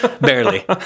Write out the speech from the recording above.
Barely